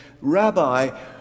Rabbi